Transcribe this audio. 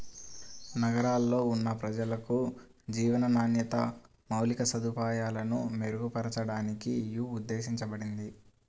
నగరాల్లో ఉన్న ప్రజలకు జీవన నాణ్యత, మౌలిక సదుపాయాలను మెరుగుపరచడానికి యీ ఉద్దేశించబడింది